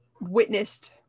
witnessed